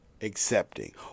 Accepting